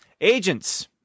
Agents